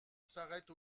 s’arrête